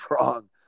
wrong